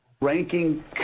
ranking